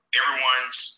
everyone's